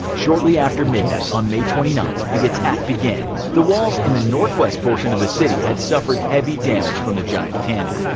shortly after midnight on may twenty ninth, the attack began. the walls in the northwest portion of the city had suffered heavy damage from the giant cannons,